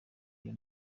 iyo